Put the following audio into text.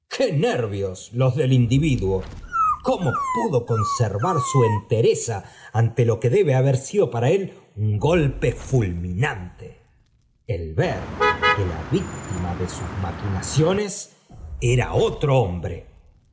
nervios los del individuo i j cómo pudo conservar su entereza ante lo que debe haber sido pa él un glpe fulminante el ver que la víctiááa de sus maquinaciones era otro hombre